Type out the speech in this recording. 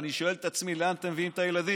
ואני שואל את עצמי: לאן אתם מביאים את הילדים?